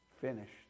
finished